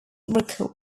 record